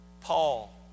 Paul